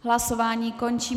Hlasování končím.